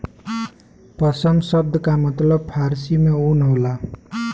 पसम सब्द का मतलब फारसी में ऊन होला